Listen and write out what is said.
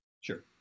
Sure